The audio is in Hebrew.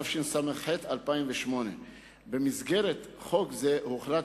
התשס”ח 2008. במסגרת חוק זה הוחלט,